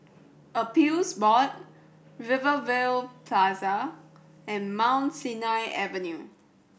Appeals Board Rivervale Plaza and Mount Sinai Avenue